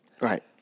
Right